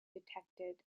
detected